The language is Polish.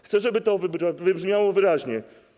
Chcę, żeby to wybrzmiało wyraźnie.